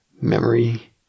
memory